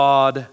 God